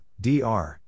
DR